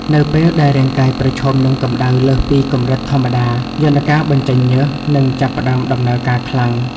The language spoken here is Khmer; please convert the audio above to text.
នៅពេលដែលរាងកាយប្រឈមនឹងកម្ដៅលើសពីកម្រិតធម្មតា យន្តការបញ្ចេញញើសនឹងចាប់ផ្តើមដំណើរការខ្លាំង។